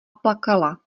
plakala